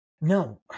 No